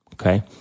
okay